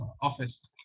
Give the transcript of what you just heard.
office